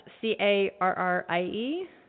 C-A-R-R-I-E